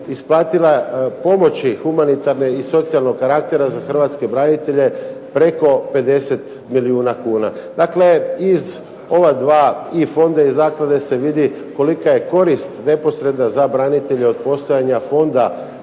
isplatila pomoći humanitarne i socijalnog karaktera za Hrvatske branitelje preko 50 milijuna kuna. Dakle, iz ova dva i Fonda i Zaklade se vidi kolika je korist neposredna za branitelje od postojanja Fonda